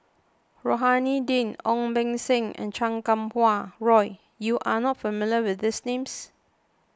Rohani Din Ong Beng Seng and Chan Kum Wah Roy you are not familiar with these names